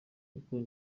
gukora